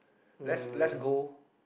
let's let's go